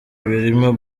birimo